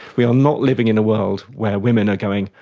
we are not living in a world where women are going,